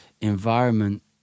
environment